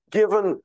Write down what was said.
given